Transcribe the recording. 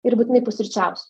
ir būtinai pusryčiausiu